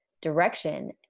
direction